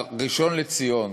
הראשון לציון,